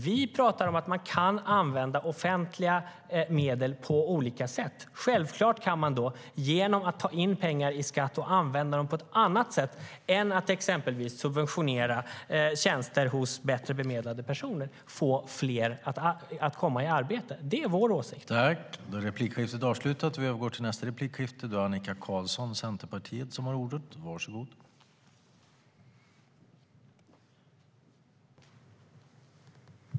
Vi talar om att man kan använda offentliga medel på olika sätt. Självklart kan man då, genom att ta in pengar i skatt och använda dem på ett annat sätt än att exempelvis subventionera tjänster hos bättre bemedlade personer, få fler att komma i arbete. Det är vår åsikt.